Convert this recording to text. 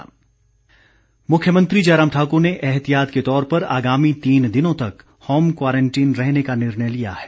मुख्यमंत्री मुख्यमंत्री जयराम ठाक्र ने एहतियात के तौर पर आगामी तीन दिनों तक होम क्वारंटीन रहने का निर्णय लिया है